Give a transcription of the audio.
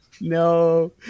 No